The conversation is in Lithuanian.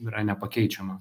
yra nepakeičiama